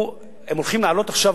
הם הולכים להעלות עכשיו,